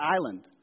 island